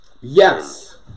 Yes